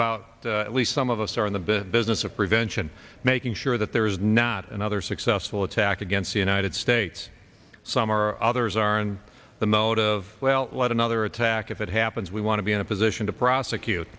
about some of us are in the business of prevention making sure that there is not another successful attack against the united states some are others are in the mode of well let another attack if it happens we want to be in a position to prosecute